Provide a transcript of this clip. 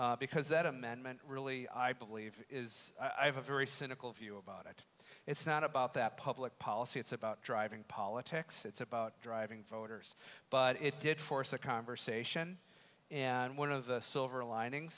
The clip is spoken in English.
because that amendment really i believe is i have a very cynical view about it it's not about that public policy it's about driving politics it's about driving voters but it did force a conversation and one of the silver lining